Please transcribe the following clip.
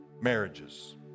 marriages